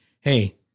hey